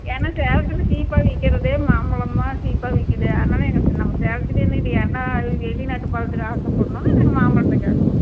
ஏன்னா சேலத்தில் சீப்பாக விற்கிறதே மாம்பழந்தான் சீப்பாக விற்குது அதனால் எங்கள் நம்ம சேலத்துலேயே இருந்துக்கிட்டு ஏன்டா வெளிநாட்டு பழத்துக்கு ஆசைப்படணுன்னு நாங்கள் மாம்பழத்த கேட்குறோம்